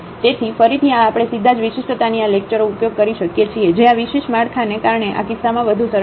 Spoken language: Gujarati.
તેથી ફરીથી આ આપણે સીધા જ વિશિષ્ટતાની આ લેક્ચરો ઉપયોગ કરી શકીએ છીએ જે આ વિશેષ માળખાને કારણે આ કિસ્સામાં વધુ સરળ છે